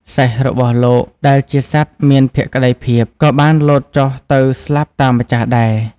សេះរបស់លោកដែលជាសត្វមានភក្តីភាព ក៏បានលោតចុះទៅស្លាប់តាមម្ចាស់ដែរ។